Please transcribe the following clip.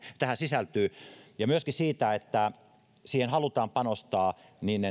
tähän sisältyy ja myöskin siitä että siihen halutaan panostaa